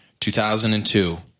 2002